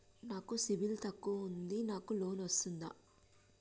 నాకు సిబిల్ తక్కువ ఉంది నాకు లోన్ వస్తుందా?